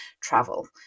travel